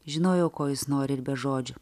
žinojau ko jis nori ir be žodžių